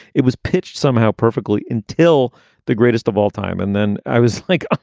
it was pitched somehow perfectly until the greatest of all time. and then i was like, ah